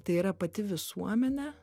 tai yra pati visuomenė